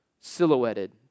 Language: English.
silhouetted